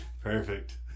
Perfect